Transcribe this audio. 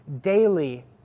daily